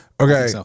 okay